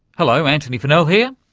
hello antony funnell here,